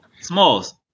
Smalls